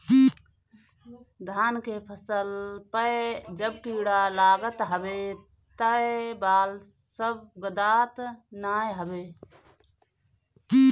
धान के फसल पअ जब कीड़ा लागत हवे तअ बाल सब गदात नाइ हवे